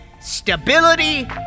stability